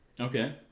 Okay